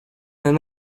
and